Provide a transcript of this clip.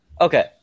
Okay